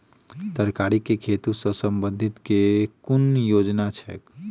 तरकारी केँ खेती सऽ संबंधित केँ कुन योजना छैक?